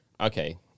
okay